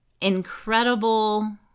incredible